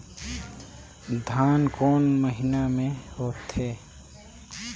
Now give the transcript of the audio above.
धान कोन महीना मे होथे?